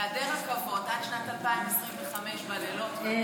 היעדר רכבות עד שנת 2025 בלילות בימי שישי,